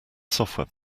software